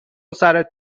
سرت